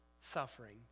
suffering